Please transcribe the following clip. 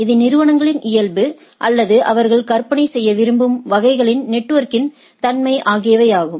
இது நிறுவனங்களின் இயல்பு அல்லது அவர்கள் கற்பனை செய்ய விரும்பும் வகைகளின் நெட்வொர்க்கின் தன்மை ஆகியவையாகும்